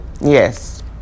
Yes